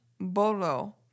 Bolo